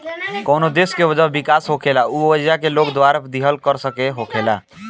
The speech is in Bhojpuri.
कवनो देश के वजह विकास होखेला उ ओइजा के लोग द्वारा दीहल कर से ही होखेला